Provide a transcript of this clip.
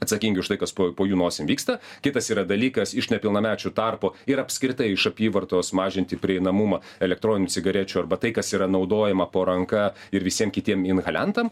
atsakingi už tai kas po po jų nosim vyksta kitas yra dalykas iš nepilnamečių tarpo ir apskritai iš apyvartos mažinti prieinamumą elektroninių cigarečių arba tai kas yra naudojama po ranka ir visiem kitiem inhaliantam